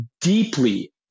deeply